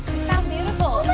sound beautiful.